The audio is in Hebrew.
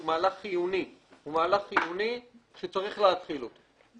הוא מהלך חיוני שצריך להתחיל אותו.